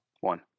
one